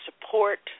support